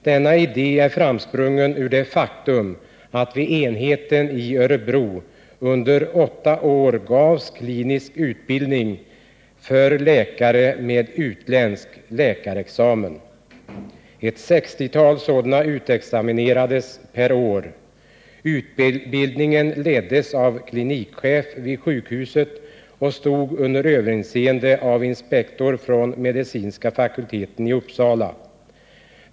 Denna idé är framsprungen ur det faktum att det vid enheten i Örebro under åtta år gavs klinisk utbildning för läkare med utländsk läkarexamen. Ett sextiotal sådana utexaminerades per år. Utbildningen leddes av en klinikchef vid sjukhuset och stod under överinseende av inspektor från medicinska fakulteten i Uppsala.